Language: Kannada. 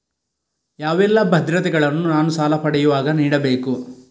ಯಾವೆಲ್ಲ ಭದ್ರತೆಗಳನ್ನು ನಾನು ಸಾಲ ಪಡೆಯುವಾಗ ನೀಡಬೇಕು?